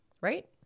right